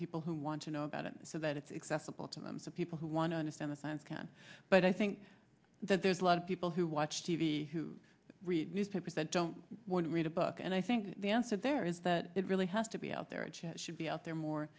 people who want to know about it so that it's accessible to them so people who want to understand the science can but i think that there's a lot of people who watch t v who read newspapers that don't want to read a book and i think the answer there is that it really has to be out there a chance should be out there more